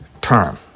term